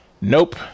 Nope